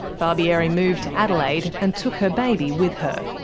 barbieri moved to adelaide and took her baby with her.